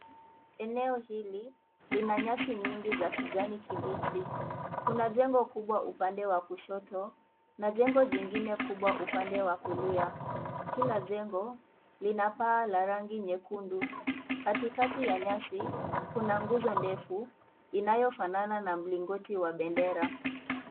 Eneo hili lina nyasi nyingi za kijani kibichi. Kuna jengo kubwa upande wa kushoto na jengo jingine kubwa upande wa kulia. Kila jengo lina paa ya rangi nyekundu. Katikati ya nyasi, kuna nguzo ndefu inayofanana na mlingoti wa bendera.